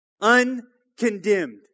uncondemned